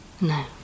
No